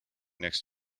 next